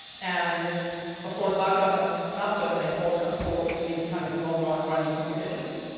and of course, backups and snapshots are important for these kind of long long running computations.